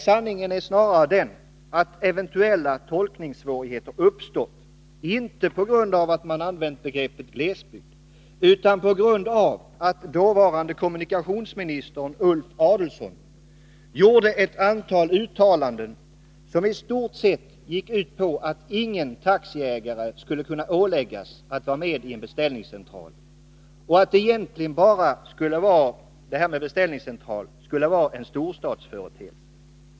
Sanningen är väl snarare att eventuella tolkningssvårigheter uppstått, inte på grund av att man använt begreppet glesbygd utan på grund av att dåvarande kommunikationsministern Ulf Adehlson gjorde ett antal uttalanden som i stort sett gick ut på att ingen taxiägare skulle kunna åläggas att vara med i en beställningscentral och att beställningscentraler egentligen bara skulle vara en storstadsföreteelse.